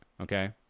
Okay